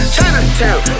Chinatown